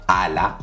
ala